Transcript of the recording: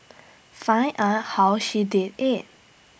find out how she did IT